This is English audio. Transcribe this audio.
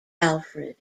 alfred